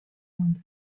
inde